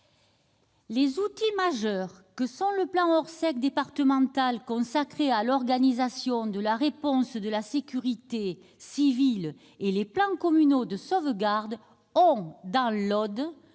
les outils majeurs que sont le plan Orsec départemental consacré à l'organisation de la réponse de la sécurité civile et les plans communaux de sauvegarde ont, dans l'Aude,